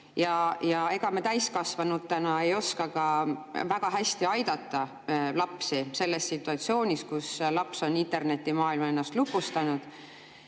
Ja ega me täiskasvanutena ei oska ka väga hästi aidata lapsi selles situatsioonis, kus laps on ennast internetimaailma lukustanud.